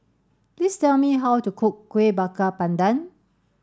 please tell me how to cook Kueh Bakar Pandan